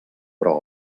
però